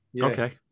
Okay